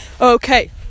Okay